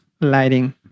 Lighting